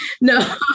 No